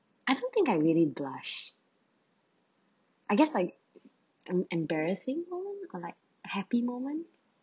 I don't think I really blush I guess like an embarrassing moment or like happy moment